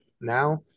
Now